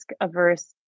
averse